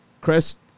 Chris